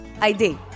ID